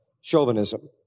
chauvinism